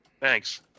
Thanks